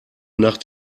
nach